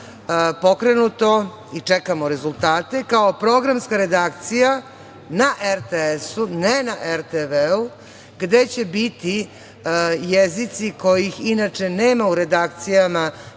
pokrenuto i čekamo rezultate, kao programska redakcija na RTS, ne na RTV gde će biti jezici kojih inače nema u redakcijama